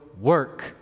work